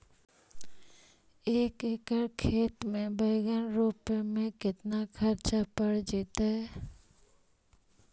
एक एकड़ खेत में बैंगन रोपे में केतना ख़र्चा पड़ जितै?